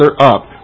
up